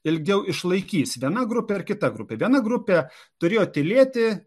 ilgiau išlaikys viena grupė ar kita grupė viena grupė turėjo tylėti